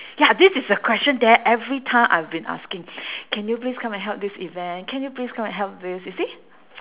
ya this is a question that every time I've been asking can you please come and help this event can you please come and help this you see